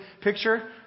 picture